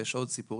ויש עוד סיפורים,